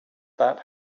that